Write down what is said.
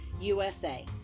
USA